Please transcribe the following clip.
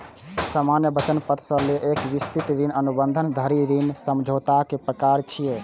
सामान्य वचन पत्र सं लए कए विस्तृत ऋण अनुबंध धरि ऋण समझौताक प्रकार छियै